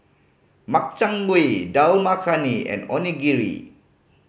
Makchang Gui Dal Makhani and Onigiri